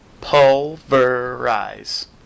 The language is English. pulverize